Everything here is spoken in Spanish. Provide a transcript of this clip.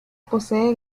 posee